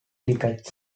tickets